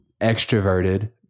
extroverted